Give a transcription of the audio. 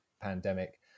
pandemic